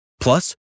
Plus